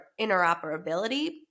interoperability